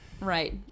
Right